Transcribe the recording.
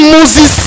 Moses